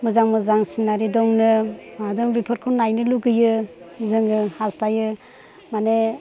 मोजां मोजां सिनारि दंनो मा दं बेफोरखौ नायनो लुगैयो जोङो हास्थायो माने